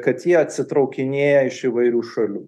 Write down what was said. kad jie atsitraukinėja iš įvairių šalių